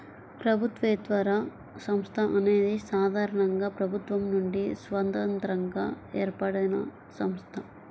ప్రభుత్వేతర సంస్థ అనేది సాధారణంగా ప్రభుత్వం నుండి స్వతంత్రంగా ఏర్పడినసంస్థ